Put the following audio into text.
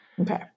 Okay